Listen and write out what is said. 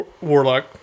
warlock